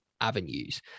avenues